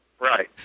Right